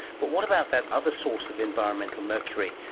but what about that other source of environmental mercury,